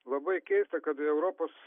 labai keista kad europos